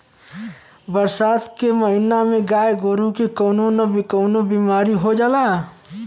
बरसात के महिना में गाय गोरु के कउनो न कउनो बिमारी हो जाला